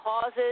causes